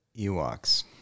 Ewoks